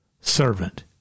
servant